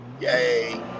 Yay